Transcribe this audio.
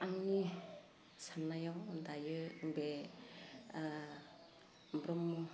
आंनि सान्नायाव दायो बे ओह ब्रह्म